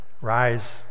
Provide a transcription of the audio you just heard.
rise